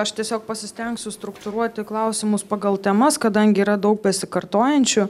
aš tiesiog pasistengsiu struktūruoti klausimus pagal temas kadangi yra daug pasikartojančių